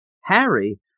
Harry